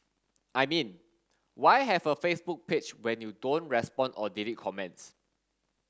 I mean why have a Facebook page when you don't respond or delete comments